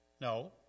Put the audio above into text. No